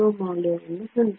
ಮೌಲ್ಯವನ್ನು ಹೊಂದಿದೆ